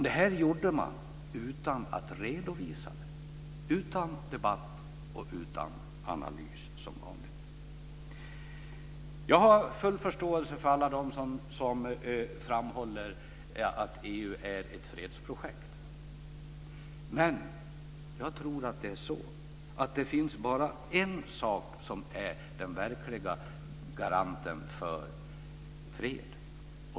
Det gjorde man utan att redovisa, utan debatt och utan analys. Jag har full förståelse för alla dem som framhåller att EU är ett fredsprojekt. Men jag tror att det bara finns en sak som är den verkliga garanten för fred.